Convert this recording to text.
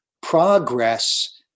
progress